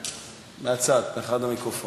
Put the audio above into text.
מהצד, מאחד המיקרופונים.